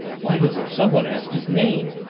why doesn't somebody ask his name?